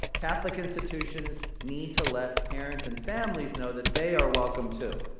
catholic institutions need to let parents and families know that they are welcome, too.